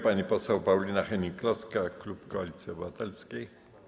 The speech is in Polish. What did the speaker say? Pani poseł Paulina Hennig-Kloska, klub Koalicji Obywatelskiej.